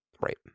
Right